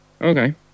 Okay